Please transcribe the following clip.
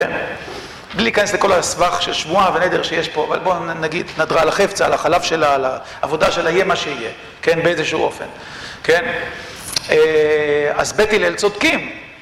בלי להיכנס לכל הסבך של שבועה ונדר שיש פה, אבל בואו נגיד נדרה על החפצה, על החלב שלה, על העבודה שלה, יהיה מה שיהיה, כן, באיזשהו אופן, כן. אז בית הלל צודקים!